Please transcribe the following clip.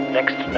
Next